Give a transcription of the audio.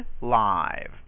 live